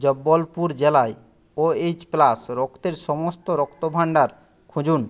জব্বলপুর জেলায় OH plus রক্তের সমস্ত রক্ত ভান্ডার খুঁজুন